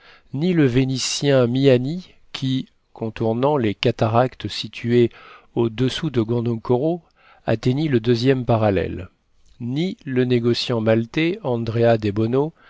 ni le venitien miani qui contournant les cataractes situées au-dessous de gondokoro atteignit le deuxième parallèle ni le négociant maltais andrea